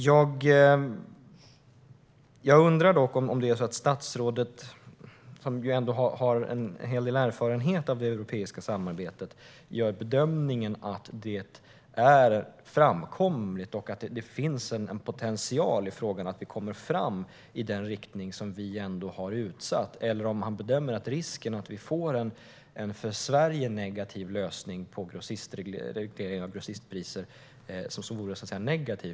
Jag undrar dock om statsrådet, som ju ändå har en hel del erfarenhet av det europeiska samarbetet, gör bedömningen att det är framkomligt och att det finns en potential i frågan så att vi kommer fram i den riktning som vi ändå har utstakat, eller om han bedömer att det finns en risk att vi får en för Sverige negativ lösning på reglering av grossistpriser.